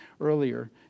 earlier